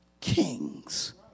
kings